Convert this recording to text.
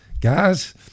guys